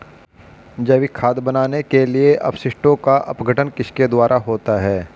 जैविक खाद बनाने के लिए अपशिष्टों का अपघटन किसके द्वारा होता है?